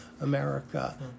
America